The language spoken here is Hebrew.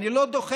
אני לא דוחפת.